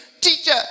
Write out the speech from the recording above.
Teacher